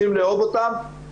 רוצים לאהוב אותם,